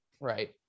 right